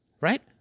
Right